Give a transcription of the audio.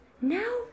Now